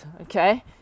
okay